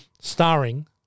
Starring